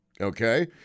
okay